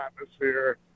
atmosphere